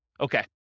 Okay